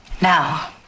Now